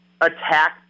attack